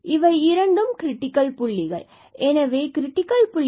எனவே இவை இரண்டும் கிரிடிக்கல் புள்ளிகள் 00 and 40ஆகும்